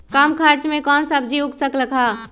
कम खर्च मे कौन सब्जी उग सकल ह?